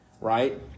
Right